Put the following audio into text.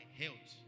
health